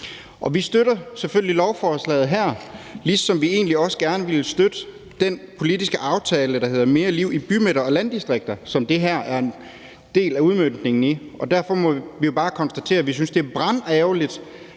Vi støtter selvfølgelig lovforslaget, ligesom vi egentlig også gerne ville støtte den politiske aftale, der hedder »Mere liv i bymidter og landdistrikter«, som det her er en del af udmøntningen af. Derfor må vi bare konstatere, at vi synes, at det er brandærgerligt,